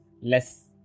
Less